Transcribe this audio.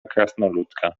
krasnoludka